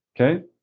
okay